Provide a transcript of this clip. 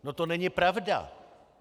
No to není pravda.